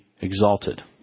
exalted